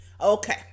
okay